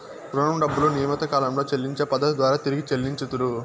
రుణం డబ్బులు నియమిత కాలంలో చెల్లించే పద్ధతి ద్వారా తిరిగి చెల్లించుతరు